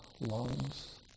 Lungs